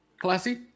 Classy